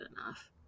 enough